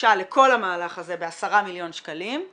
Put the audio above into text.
שדרושה לכל המהלך הזה ב-10 מיליון שקלים,